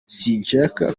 sinshaka